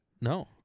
No